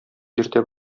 иртә